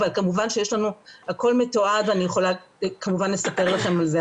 אבל כמובן שהכול מתועד ואני יכולה לספר לכם על זה,